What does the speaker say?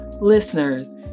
listeners